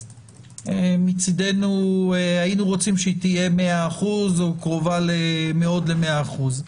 מצדנו היינו רוצים שתהיה 100% או קרובה מאוד ל-100%.